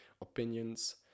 opinions